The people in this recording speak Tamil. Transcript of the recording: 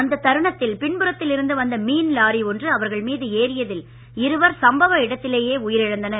அந்த தருணத்தில் பின்புறத்தில் இருந்து வந்த மீன் லாரி ஒன்று அவர்கள் மீது ஏறியதில் இருவர் சம்பவ இடத்திலேயே உயிரிழந்தனர்